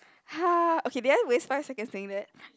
ha okay did I waste five seconds saying that